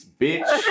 bitch